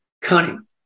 cunning